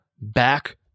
back